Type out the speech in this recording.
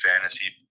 fantasy